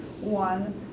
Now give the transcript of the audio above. one